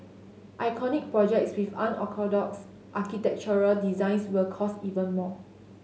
iconic projects with unorthodox architectural designs will cost even more